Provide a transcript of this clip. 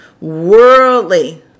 worldly